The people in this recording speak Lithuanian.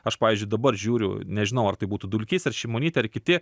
aš pavyzdžiui dabar žiūriu nežinau ar tai būtų dulkys ar šimonytė ar kiti